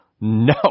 no